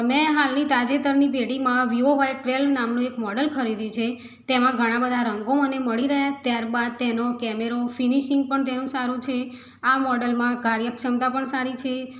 મેં હાલની તાજેતરની પેઢીમાં વિવો વાય ટ્વેલ્વ નામનું મોડલ ખરીદ્યું છે તેમાં ઘણા બધા રંગો મને મળી રહ્યા ત્યારબાદ તેનો કેમેરો ફીનીશીંગ પણ તેનું સારું છે આ મોડલમાં કાર્યક્ષમતા પણ સારી છે